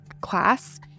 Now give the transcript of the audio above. class